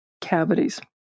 cavities